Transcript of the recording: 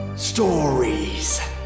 Stories